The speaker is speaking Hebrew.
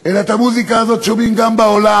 אלא את המוזיקה הזו שומעים גם בעולם,